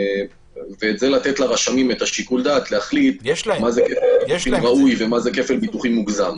ואז לתת לרשמים את שיקול הדעת להחליט מה ראוי ומה זה כפל ביטוחים מוגזם.